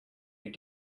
your